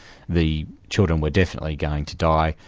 the children were definitely going to die,